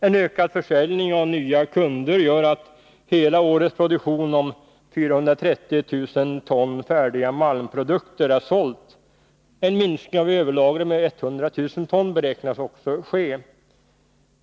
En ökad försäljning och nya kunder gör att hela årets produktion om 430 000 ton färdiga malmprodukter har sålts. En minskning av överlagret med 100 000 ton beräknas också ske.